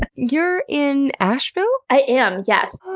and you're in asheville? i am. yes.